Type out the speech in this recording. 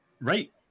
Right